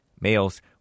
Males